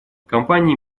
компании